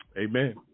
Amen